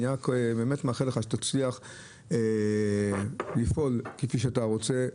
אני מאחל לך שתצליח לפעול כפי שאתה רוצה.